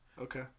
okay